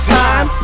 time